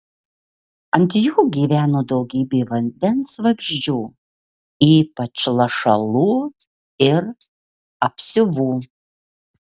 ant jų gyveno daugybė vandens vabzdžių ypač lašalų ir apsiuvų